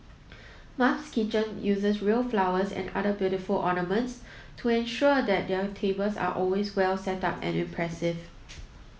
Mum's Kitchen uses real flowers and other beautiful ornaments to ensure that their tables are always well setup and impressive